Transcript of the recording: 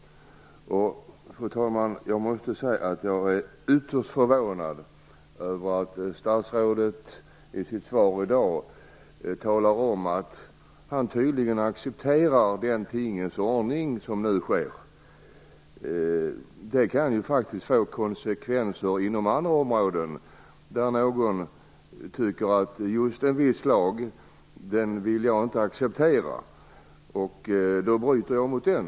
Jag måste säga att jag är ytterst förvånad över att statsrådet enligt sitt svar i dag tydligen accepterar den tingens ordning som nu råder. Det kan faktiskt få konsekvenser inom andra områden om någon inte tycker sig kunna acceptera en viss lag utan bryter mot den.